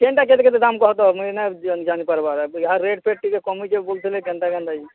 କେନ୍ଟା କେତେ କେତେ ଦାମ୍ କହତ ମୁଇଁ ନାଇଁ ଜାନିପାର୍ବା ଇହାଦେ ରେଟ୍ ଫେଟ୍ ଟିକେ କମିଚେ ବୋଲ୍ଥିଲେ କେନ୍ତା କେନ୍ତା ଯେ